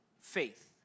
faith